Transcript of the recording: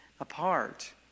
apart